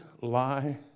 lie